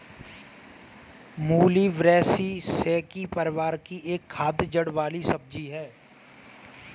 मूली ब्रैसिसेकी परिवार की एक खाद्य जड़ वाली सब्जी है